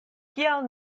kial